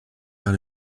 vers